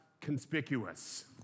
conspicuous